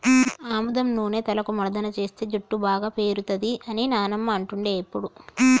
ఆముదం నూనె తలకు మర్దన చేస్తే జుట్టు బాగా పేరుతది అని నానమ్మ అంటుండే ఎప్పుడు